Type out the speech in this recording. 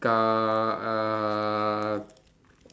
uh